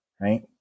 right